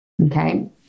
Okay